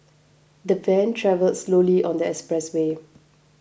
the van travelled slowly on the expressway